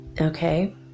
Okay